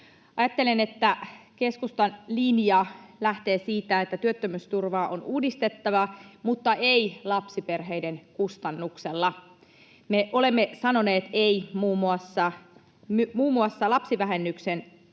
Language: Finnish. Ajattelen, että keskustan linja lähtee siitä, että työttömyysturvaa on uudistettava, mutta ei lapsiperheiden kustannuksella. Me olemme sanoneet ”ei” muun muassa lapsivähennyksen poistamiselle,